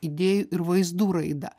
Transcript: idėjų ir vaizdų raida